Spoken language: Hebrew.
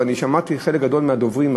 ואני שמעתי חלק גדול מהדוברים,